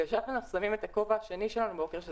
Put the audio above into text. כאשר אנחנו שמים את הכובע השני --- שזה